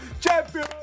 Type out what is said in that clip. Champion